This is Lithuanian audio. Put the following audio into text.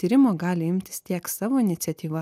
tyrimo gali imtis tiek savo iniciatyva